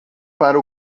para